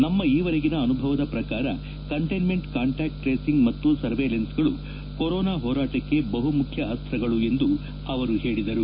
ನಮ್ಮ ಈವರೆಗಿನ ಅನುಭವದ ಪ್ರಕಾರ ಕಂಟೇನ್ಮೆಂಟ್ ಕಾಂಟ್ಲಾಕ್ಟ್ ಟ್ರೇಸಿಂಗ್ ಮತ್ತು ಸರ್ವೇಲೈನ್ಸ್ಗಳು ಕೊರೋನಾ ಹೋರಾಟಕ್ಕೆ ಬಹುಮುಖ್ಯ ಅಸ್ತ್ರಗಳು ಎಂದು ಅವರು ಹೇಳಿದರು